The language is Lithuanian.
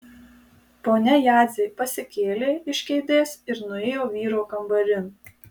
ponia jadzė pasikėlė iš kėdės ir nuėjo vyro kambarin